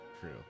true